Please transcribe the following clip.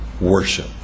worship